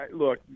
look